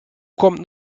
kommt